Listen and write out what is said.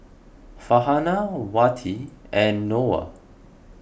Farhanah Wati and Noah